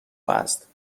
است